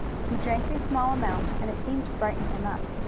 he drank a small amount, and it seemed to brighten him up.